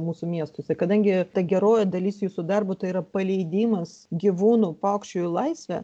mūsų miestuose kadangi ta geroji dalis jūsų darbo tai yra paleidimas gyvūnų paukščių į laisvę